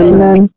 Amen